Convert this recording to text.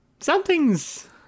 something's